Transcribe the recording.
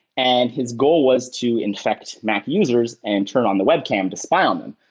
and his goal was to infect mac users and turn on the web cam to spy on them.